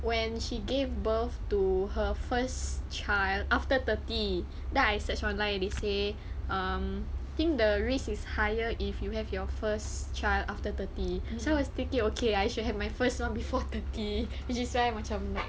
when she gave birth to her first child after thirty then I search online they say um think the risk is higher if you have your first child after thirty so I was thinking okay I should have my first one before thirty which is why macam like